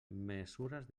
mesures